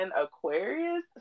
Aquarius